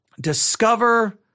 discover